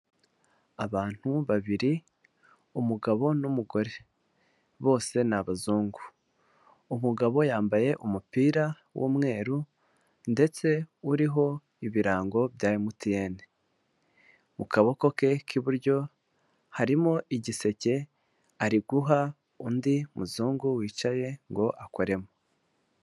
Abantu babiri, umugabo n'umugore. Bose ni abazungu. Umugabo yambaye umupira w'umweru ndetse uriho ibirango bya MTN. Mu kaboko ke k'iburyo harimo igiseke, ari guha undi muzungu wicaye ngo akoremo.